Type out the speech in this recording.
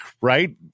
right